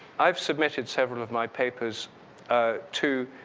i've submitted several of my papers to